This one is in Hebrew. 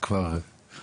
אני